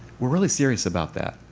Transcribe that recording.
we're really serious about that.